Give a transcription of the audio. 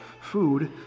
food